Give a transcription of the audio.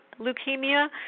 leukemia